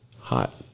hot